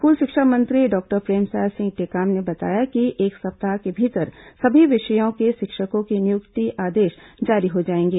school शिक्षा मंत्री doctor Premsai Singh Tekam ने बताया कि एक सप्ताह के भीतर सभी विषयों के शिक्षकों के नियुक्ति आदेश जारी हो जाएंगे